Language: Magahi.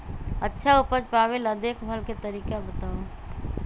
अच्छा उपज पावेला देखभाल के तरीका बताऊ?